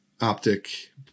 optic